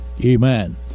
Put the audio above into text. amen